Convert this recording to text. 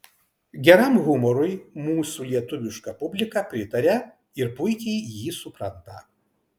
geram humorui mūsų lietuviška publika pritaria ir puikiai jį supranta